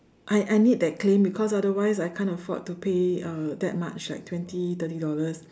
I I need that claim because otherwise I can't afford to pay uh that much like twenty thirty dollars